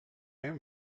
hem